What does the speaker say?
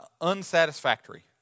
unsatisfactory